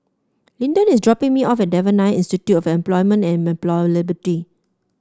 Linden is dropping me off at Devan Nair Institute of Employment and Employability